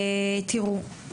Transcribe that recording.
תראו,